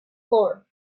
floor